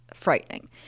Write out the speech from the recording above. Frightening